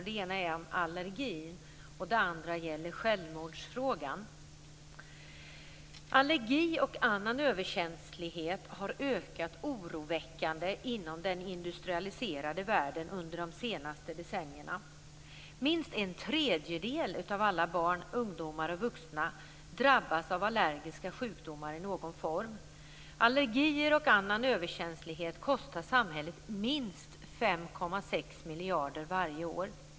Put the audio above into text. Den ena handlar om allergi och den andra gäller självmordsfrågan. Allergi och annan överkänslighet har ökat oroväckande inom den industrialiserade världen under de senaste decennierna. Minst en tredjedel av alla barn, ungdomar och vuxna drabbas av allergiska sjukdomar i någon form. Allergier och annan överkänslighet kostar samhället minst 5,6 miljarder varje år.